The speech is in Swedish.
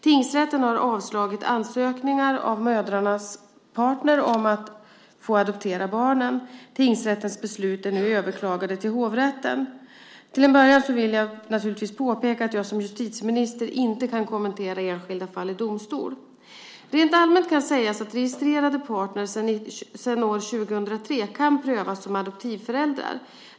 Tingsrätten har avslagit ansökningar av mödrarnas partner om att få adoptera barnen. Tingsrättens beslut är nu överklagade till hovrätten. Till en början vill jag naturligtvis påpeka att jag som justitieminister inte kan kommentera enskilda fall i domstol. Rent allmänt kan sägas att registrerade partner sedan år 2003 kan prövas som adoptivföräldrar.